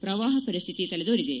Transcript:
ಪ್ರವಾಹ ಪರಿಸ್ತಿತಿ ತಲೆದೋರಿದೆ